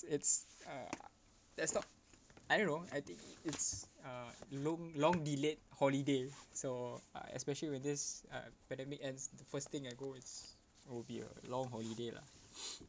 it's uh that's not I don't know I think it's uh long long delayed holiday so uh especially when this uh pandemic ends the first thing I go it's it will be a long holiday lah